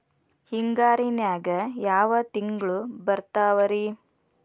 ಹಿಂಗಾರಿನ್ಯಾಗ ಯಾವ ತಿಂಗ್ಳು ಬರ್ತಾವ ರಿ?